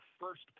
first